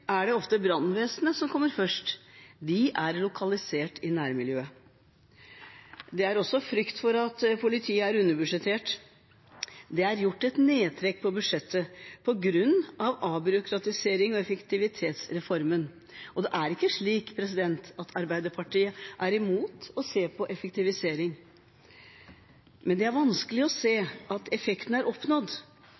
er det ofte brannvesenet som kommer først. De er lokalisert i nærmiljøet. Det er også frykt for at politiet er underbudsjettert. Det er gjort et nedtrekk på budsjettet på grunn av avbyråkratiserings- og effektivitetsreformen. Det er ikke slik at Arbeiderpartiet er imot å se på effektivisering, men det er vanskelig å se